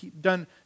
done